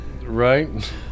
Right